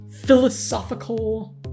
philosophical